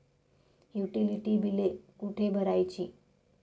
Utility बिले कुठे भरायची?